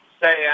Say